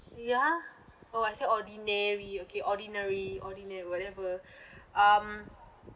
ya oh I said ordinary okay ordinary ordinary whatever um